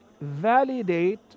validate